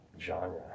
genre